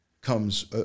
comes